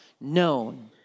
known